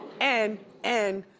and, and,